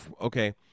okay